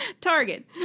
Target